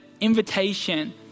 invitation